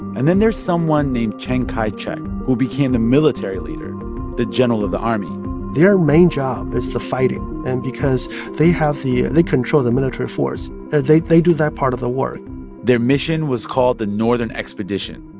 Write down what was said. and then there's someone named chiang kai-shek who became the military leader the general of the army their main job is the fighting and because they have the they control the military force. they they do that part of the work their mission was called the northern expedition.